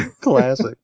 classic